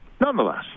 Nonetheless